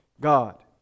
God